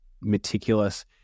meticulous